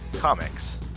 comics